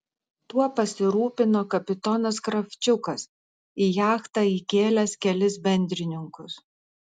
tuo pasirūpino kapitonas kravčiukas į jachtą įkėlęs kelis bendrininkus